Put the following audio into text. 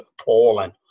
appalling